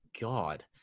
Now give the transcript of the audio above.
God